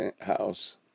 house